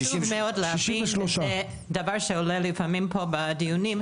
חשוב להבין שזה דבר שעולה לפעמים פה בדיונים,